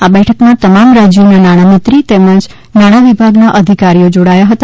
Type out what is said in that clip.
આ બેઠકમાં તમામ રાજ્યોના નાણામંત્રી તેમજ નાણા વિભાગના અધિકારીઓ જોડાયા હતા